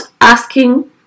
asking